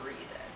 reason